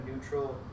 neutral